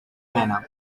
mena